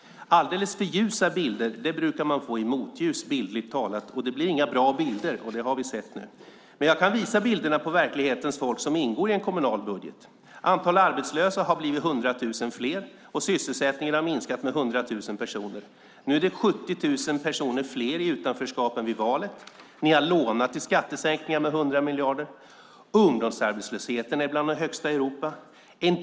Alldeles för ljusa bilder brukar man få i motljus, bildligt talat. Det blir inga bra bilder; det har vi sett nu. Men jag kan visa bilder av det verklighetens folk som ingår i en kommunal budget. Antalet arbetslösa har ökat med 100 000, och sysselsättningen har minskat med 100 000 personer. Det är nu 70 000 personer fler i utanförskap än vid valet. Ni har lånat till skattesänkningar med 100 miljarder. Ungdomsarbetslösheten är bland de högsta i Europa.